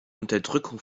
unterdrückung